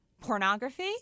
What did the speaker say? Pornography